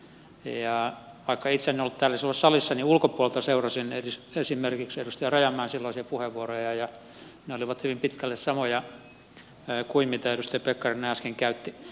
vaikka itse en ollut täällä silloin salissa niin ulkopuolelta seurasin esimerkiksi edustaja rajamäen silloisia puheenvuoroja ja ne olivat hyvin pitkälle samoja kuin mitä edustaja pekkarinen äsken käytti